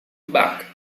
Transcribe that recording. back